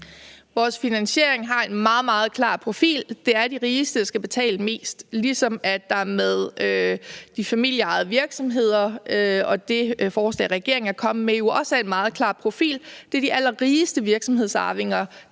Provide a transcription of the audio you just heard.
Vores finansiering har en meget, meget klar profil: Det er de rigeste, der skal betale mest – ligesom der med de familieejede virksomheder og det forslag, regeringen er kommet med, jo også er en meget klar profil: Det er de allerrigeste virksomhedsarvinger,